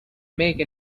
make